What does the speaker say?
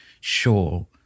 sure